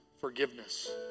forgiveness